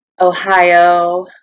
Ohio